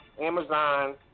Amazon